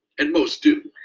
and most do.